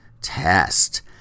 test